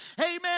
amen